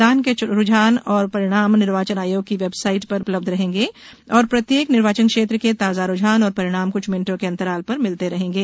मतदान के रूझान और परिणाम निर्वाचन आयोग की वेबसाइट पर उपलब्ध रहेंगे और प्रत्येक निर्वाचन क्षेत्र के ताजा रूझान और परिणाम कुछ मिनटों के अंतराल पर मिलते रहेंगे